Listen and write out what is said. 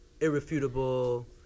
irrefutable